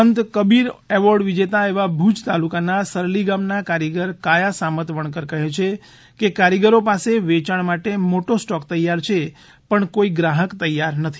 સંત કબીર એવોર્ડ વિજેતા એવા ભુજ તાલુકાનાં સરલી ગામના કારીગર કાયા સામત વણકર કહે છે કે કારીગરો પાસે વેયાણ માટે મોટો સ્ટોક તૈયાર છે પણ કોઈ ગ્રાહક નથી